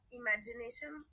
imagination